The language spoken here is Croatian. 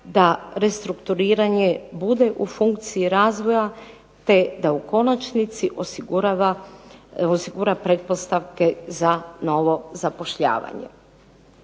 da restrukturiranje bude u funkciji razvoja te da u konačnici osigura pretpostavke za novo zapošljavanje.